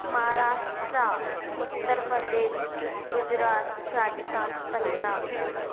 Maharashtra Uttar Pradesh Gujarat Rajasthan Punjab